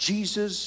Jesus